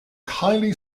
highly